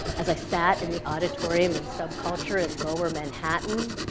as i sat in the auditorium in subculture in lower manhattan,